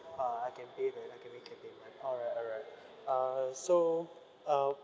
uh I can pay that I can make that payment alright alright uh so uh